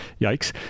yikes